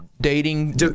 dating